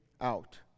out